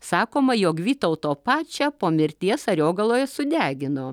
sakoma jog vytauto pačią po mirties ariogaloje sudegino